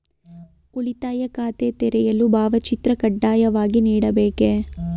ಉಳಿತಾಯ ಖಾತೆ ತೆರೆಯಲು ಭಾವಚಿತ್ರ ಕಡ್ಡಾಯವಾಗಿ ನೀಡಬೇಕೇ?